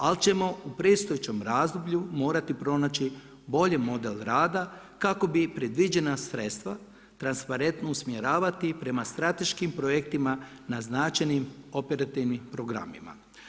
Ali ćemo u predstojećem razdoblju morati pronaći bolji model rada kako bi predviđena sredstva transparentno usmjeravati prema strateškim projektima naznačenim operativnim programima.